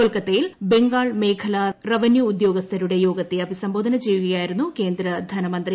കൊൽക്കത്തയിൽ ബംഗാൾ മേഖലാ റവന്യൂ ഉദ്യോഗസ്ഥരുടെ യോഗത്തെ അഭിസംബോധന ചെയ്യുകയായിരുന്നു കേന്ദ്ര ധനമന്ത്രി